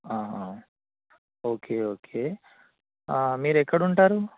okay okay మీరు ఎక్కడుంటారు